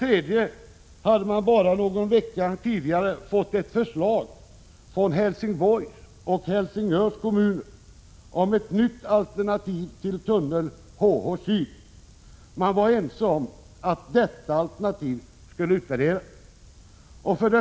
3. Bara någon vecka tidigare hade man fått förslag från Helsingborgs och Helsingörs kommuner om ett nytt alternativ till tunnel, HH-syd. Man var överens om att detta alternativ skulle utvärderas. 4.